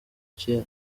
cye